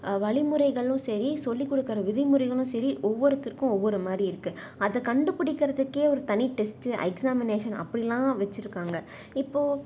வழிமுறைகளும் சரி சொல்லிக் கொடுக்குற விதிமுறைகளும் சரி ஒவ்வொருத்தருக்கும் ஒவ்வொரு மாதிரி இருக்குது அதை கண்டுப்பிடிக்கிறதுக்கே ஒரு தனி டெஸ்டு எக்ஸாமினேஷன் அப்படிலாம் வச்சுருக்காங்க இப்போ